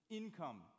income